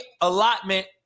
allotment